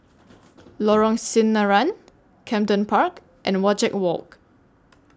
Lorong Sinaran Camden Park and Wajek Walk